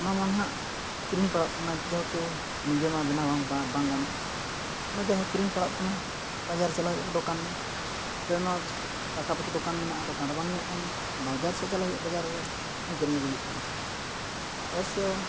ᱚᱱᱟ ᱢᱟ ᱦᱟᱸᱜ ᱠᱤᱨᱤᱧ ᱯᱟᱲᱟᱜ ᱠᱟᱱᱟ ᱡᱮᱦᱮᱛᱩ ᱱᱤᱡᱮ ᱢᱟ ᱵᱮᱱᱟᱣ ᱵᱟᱝ ᱜᱟᱱᱚᱜᱼᱟ ᱚᱱᱟ ᱡᱟᱦᱟᱸ ᱠᱤᱨᱤᱧ ᱯᱟᱲᱟᱜ ᱠᱟᱱᱟ ᱵᱟᱡᱟᱨ ᱪᱟᱞᱟᱣ ᱦᱩᱭᱩᱜᱼᱟ ᱫᱚᱠᱟᱱ ᱨᱮ ᱚᱱᱚ ᱯᱟᱠᱟ ᱯᱟᱠᱷᱤ ᱫᱚᱠᱟᱱ ᱢᱮᱱᱟᱜᱼᱟ ᱫᱚᱠᱟᱱ ᱨᱮ ᱵᱟᱝ ᱦᱩᱭᱩᱜ ᱠᱟᱱ ᱵᱟᱡᱟᱨ ᱥᱮᱫ ᱪᱟᱞᱟᱣ ᱦᱩᱭᱩᱜᱼᱟ ᱵᱟᱡᱟᱨ ᱨᱮ ᱠᱤᱨᱤᱧ ᱟᱹᱜᱩ ᱦᱩᱭᱩᱜ ᱠᱟᱱᱟ ᱚᱵᱚᱥᱥᱚ